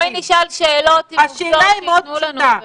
בואי נשאל שאלות עם עובדות ויתנו לנו את זה.